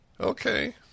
Okay